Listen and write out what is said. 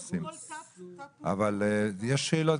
יש שאלות,